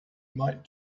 might